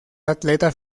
atleta